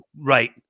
Right